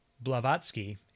Blavatsky